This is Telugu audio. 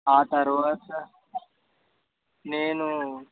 ఆ తరువాత నేను